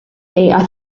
really